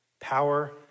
power